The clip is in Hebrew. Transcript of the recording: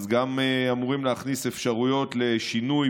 גם אמורים להכניס אפשרויות לשינוי